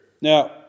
Now